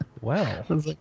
Wow